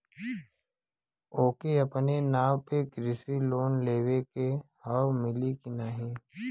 ओके अपने नाव पे कृषि लोन लेवे के हव मिली की ना ही?